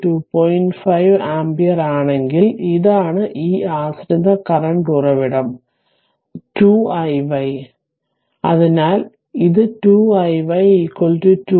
5 ampere ആണെങ്കിൽ ഇതാണ് ആ ആശ്രിത കറന്റ് ഉറവിടം 2 iy അതിനാൽ ഇത് 2 iy 2 2